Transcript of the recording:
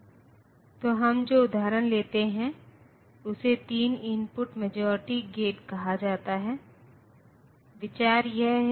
ऋणात्मक संख्या भंडारण के लिए हमें कुछ विशेष प्रतिनिधित्व के बारे में सोचना होगा